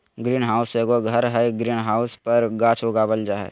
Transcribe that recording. green house एगो घर हइ, ग्रीन हाउस पर गाछ उगाल जा हइ